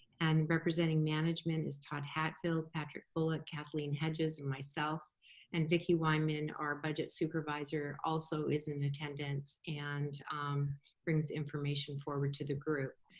and representing management is todd hatfield, patrick bullock, kathleen hedges and myself and vicki wyman our budget supervisor also is in attendance and um brings information forward to the group.